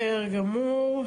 בסדר גמור.